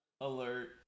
alert